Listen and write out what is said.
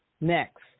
Next